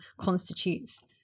constitutes